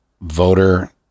voter